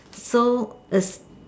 so is